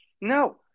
No